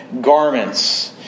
garments